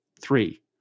Three